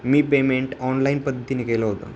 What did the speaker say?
मी payment online पद्धतीने केलं होतं